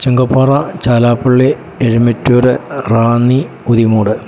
Chungappara Chalapally Elumattoor Ranni Kuthimood